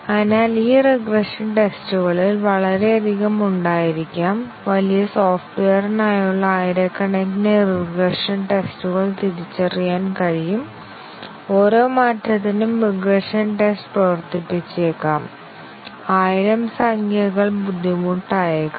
അതിനാൽ ഈ റിഗ്രഷൻ ടെസ്റ്റുകളിൽ വളരെയധികം ഉണ്ടായിരിക്കാം വലിയ സോഫ്റ്റ്വെയറിനായുള്ള ആയിരക്കണക്കിന് റിഗ്രഷൻ ടെസ്റ്റുകൾ തിരിച്ചറിയാൻ കഴിയും ഓരോ മാറ്റത്തിനും റിഗ്രഷൻ ടെസ്റ്റ് പ്രവർത്തിപ്പിച്ചേക്കാം ആയിരം സംഖ്യകൾ ബുദ്ധിമുട്ടായേക്കാം